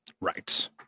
Right